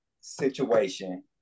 situation